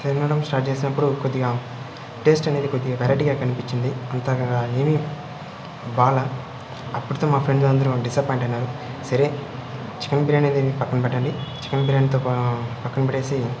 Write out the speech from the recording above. తినడం స్టార్ట్ చేసినప్పుడు కొద్దిగా టేస్ట్ అనేది కొద్దిగా వెరైటీగా కనిపించింది అంతగా ఏమి బాల అప్పుడితో మా ఫ్రెండ్స్ అందరూ డిసప్పాయింట్ అయినారు సరే చికెన్ బిర్యాని అనేది పక్కన పెట్టండి చికెన్ బిర్యాని పక్కన పెట్టేసి